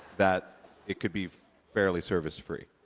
that it could be fairly service-free?